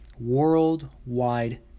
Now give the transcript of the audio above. worldwide